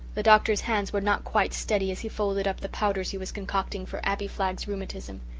the doctor's hands were not quite steady as he folded up the powders he was concocting for abbie flagg's rheumatism.